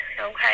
Okay